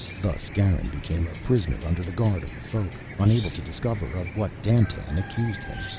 thus garin became a prisoner under the guard of the folk, unable to discover of what dandtan accused him,